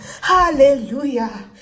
Hallelujah